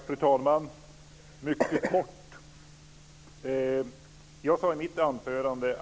Fru talman!